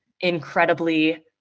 incredibly